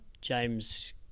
James